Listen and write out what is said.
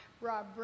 Rob